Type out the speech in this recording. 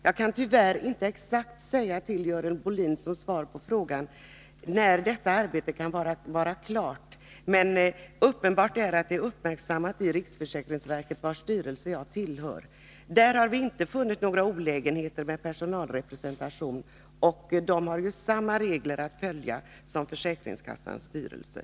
Jag kan tyvärr inte ge ett exakt svar på Görel Bohlins fråga när detta arbete kan vara klart. Men det är uppenbart att det har uppmärksammats i riksförsäkringsverket, vars styrelse jag tillhör. Där har vi inte funnit några olägenheter med personalrepresentation, och vi har samma regler att följa som försäkringskassornas styrelser.